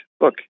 look